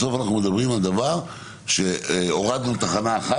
בסוף אנחנו מדברים על הורדת חסם אחד,